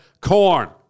corn